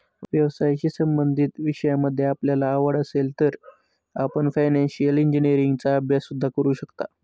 व्यवसायाशी संबंधित विषयांमध्ये आपल्याला आवड असेल तर आपण फायनान्शिअल इंजिनीअरिंगचा अभ्यास सुद्धा करू शकता